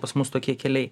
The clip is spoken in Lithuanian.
pas mus tokie keliai